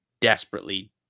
desperately